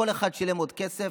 כל אחד שילם עוד כסף.